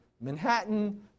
Manhattan